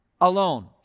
alone